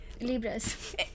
Libras